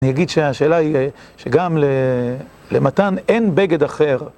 אני אגיד שהשאלה היא שגם למתן אין בגד אחר.